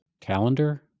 calendar